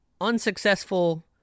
unsuccessful